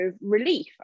relief